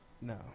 No